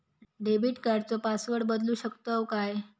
Debit कार्डचो password बदलु शकतव काय?